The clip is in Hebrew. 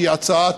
שהיא הצעת